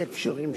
בהקשרים שונים.